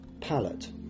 palette